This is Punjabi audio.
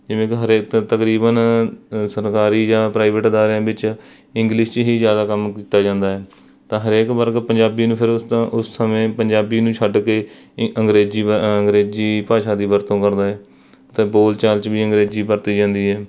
ਜਿਵੇਂ ਕਿ ਹਰੇਕ ਤ ਤਕਰੀਬਨ ਸਰਕਾਰੀ ਜਾਂ ਪ੍ਰਾਈਵੇਟ ਅਦਾਰਿਆਂ ਵਿੱਚ ਇੰਗਲਿਸ਼ 'ਚ ਹੀ ਜ਼ਿਆਦਾ ਕੰਮ ਕੀਤਾ ਜਾਂਦਾ ਹੈ ਤਾਂ ਹਰੇਕ ਵਰਗ ਪੰਜਾਬੀ ਨੂੰ ਫਿਰ ਉਸ ਤੋਂ ਉਸ ਸਮੇਂ ਪੰਜਾਬੀ ਨੂੰ ਛੱਡ ਕੇ ਇ ਅੰਗਰੇਜ਼ੀ ਅੰਗਰੇਜ਼ੀ ਭਾਸ਼ਾ ਦੀ ਵਰਤੋਂ ਕਰਦੇ ਅਤੇ ਬੋਲ ਚਾਲ 'ਚ ਵੀ ਅੰਗਰੇਜ਼ੀ ਵਰਤੀ ਜਾਂਦੀ ਹੈ